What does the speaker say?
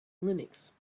linux